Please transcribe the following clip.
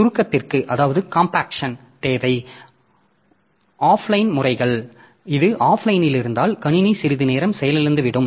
எனவே சுருக்கத்திற்கு தேவை ஆஃப்லைன் முறைகள் இது ஆஃப்லைனில் இருந்தால் கணினி சிறிது நேரம் செயலிழந்துவிடும்